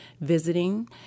visiting